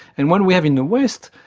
and one we have in the west,